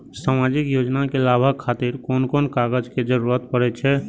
सामाजिक योजना के लाभक खातिर कोन कोन कागज के जरुरत परै छै?